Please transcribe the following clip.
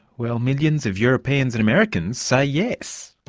well, millions of europeans and americans say yes.